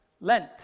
Lent